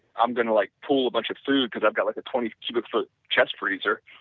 i'm going to like pull a bunch of food because i've got like a twenty cubic foot chest freezer,